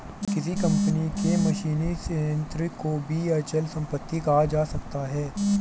किसी कंपनी के मशीनी संयंत्र को भी अचल संपत्ति कहा जा सकता है